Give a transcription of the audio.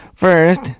First